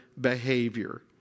behavior